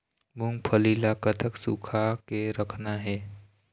मूंगफली ला कतक सूखा के रखना हे?